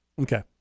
Okay